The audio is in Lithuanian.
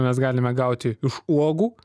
mes galime gauti iš uogų